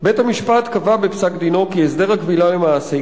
"בית-המשפט קבע בפסק-דינו כי הסדר הכבילה למעסיק,